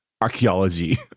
archaeology